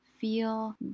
Feel